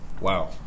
Wow